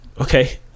okay